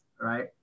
right